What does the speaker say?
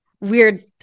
weird